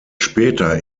später